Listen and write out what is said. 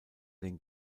den